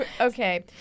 Okay